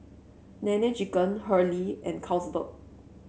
Nene Chicken Hurley and Carlsberg